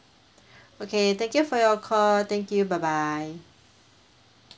okay thank you for your call thank you bye bye